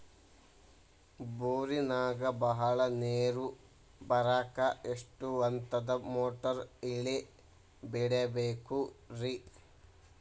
ಬೋರಿನಾಗ ಬಹಳ ನೇರು ಬರಾಕ ಎಷ್ಟು ಹಂತದ ಮೋಟಾರ್ ಇಳೆ ಬಿಡಬೇಕು ರಿ?